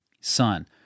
Son